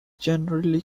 generally